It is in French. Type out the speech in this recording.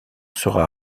sera